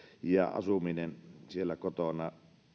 ja asumisensa siellä kotona